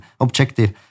objective